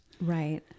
Right